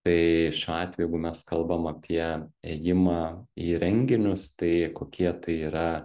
tai šiuo atveju jeigu mes kalbam apie ėjimą į renginius tai kokie tai yra